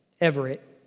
Everett